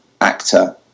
actor